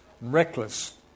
reckless